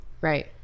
Right